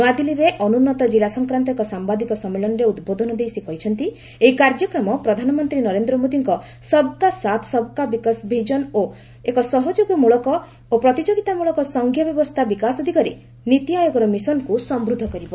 ନୁଆଦିଲ୍ଲାରେ ଅନୁନ୍ନତ କିଲ୍ଲା ସଂକ୍ରାନ୍ତ ଏକ ସାମ୍ଭାଦିକ ସମ୍ମିଳନୀରେ ଉଦ୍ବୋଧନ ଦେଇ ସେ କହିଛନ୍ତି ଏହି କାର୍ଯ୍ୟକ୍ରମ ପ୍ରଧାନମନ୍ତ୍ରୀ ନରେନ୍ଦ୍ର ମୋଦିଙ୍କ ସବ୍କା ସାଥ୍ ସବ୍କା ବିକାଶ ବିଜନ ଓ ଏକ ସହଯୋଗମଳକ ଓ ପ୍ରତିଯୋଗିତାମୂଳକ ସଂଘୀୟ ବ୍ୟବସ୍ଥା ବିକାଶ ଦିଗରେ ନୀତିଆୟୋଗର ମିଶନ୍କୁ ସମୃଦ୍ଧ କରିବ